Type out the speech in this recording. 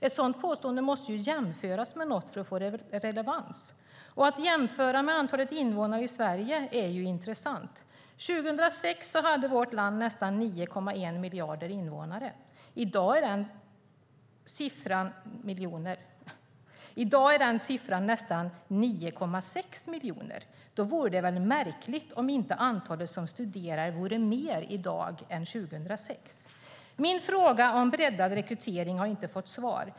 Ett sådant påstående måste jämföras med något för att det ska få relevans. Det är intressant att jämföra med antalet invånare i Sverige. År 2006 hade vårt land nästan 9,1 miljoner invånare. I dag är siffran nästan 9,6 miljoner. Då skulle det väl vara märkligt om inte det antal som studerar vore större i dag än 2006. Min fråga om breddad rekrytering har inte fått svar.